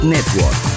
Network